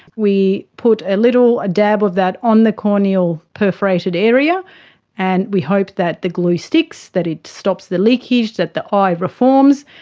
we put a little dab over that on the corneal perforated area and we hope that the glue sticks, that it stops the leakage, that the eye reforms,